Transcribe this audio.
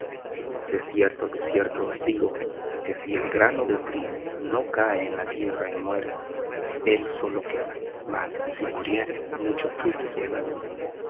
de cierto os digo que si el grano de trigo no cae en la tierra y muere él solo queda mas si muriere mucho fruto lleva